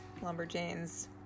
Lumberjanes